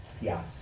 piazza